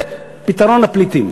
פתרון לפליטים.